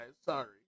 Sorry